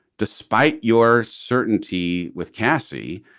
despite your certainty with cassie,